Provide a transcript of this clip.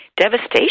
devastation